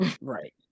Right